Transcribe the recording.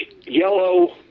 yellow